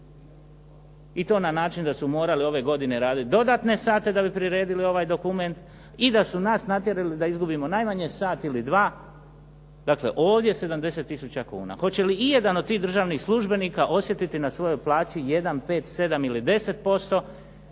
i to na način da su morali ove godine dodatne sate da bi priredili ovaj dokument i da su nas natjerali da izgubimo najmanje sat ili dva. Dakle ovdje 70 tisuća kuna. Hoće li ijedan od tih državnih službenika osjetiti na svojoj plaći 1, 5, 7 ili 10%